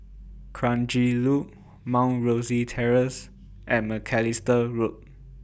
Kranji Loop Mount Rosie Terrace and Macalister Road